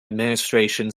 administration